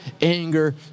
anger